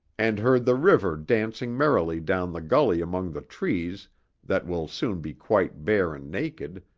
and heard the river dancing merrily down the gully among the trees that will soon be quite bare and naked,